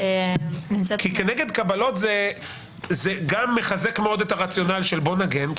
כי כנגד קבלות זה גם מחזק מאוד את הרציונל של ההגנה כי